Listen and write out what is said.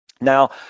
Now